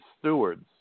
stewards